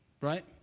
right